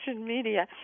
media